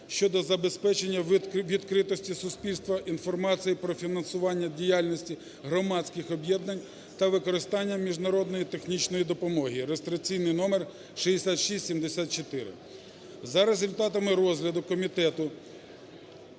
щодо забезпечення відкритості для суспільства інформації про фінансування діяльності громадських об'єднань та використання міжнародний технічної допомоги (реєстраційний номер 6674). За результатами розгляду комітет